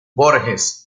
borges